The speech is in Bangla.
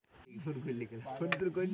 ইক ধরলের বিল যেগুলাকে মাখল বিলও ব্যলা হ্যয়